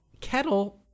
Kettle